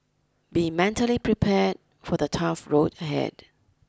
be mentally prepared for the tough road ahead